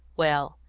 well,